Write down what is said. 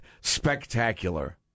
Spectacular